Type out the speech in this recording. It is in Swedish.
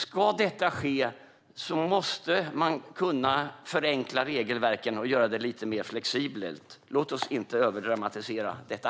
Ska detta ske måste man kunna förenkla regelverken och göra det lite mer flexibelt. Låt oss inte överdramatisera detta!